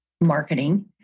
marketing